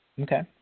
Okay